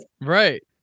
Right